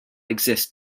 exist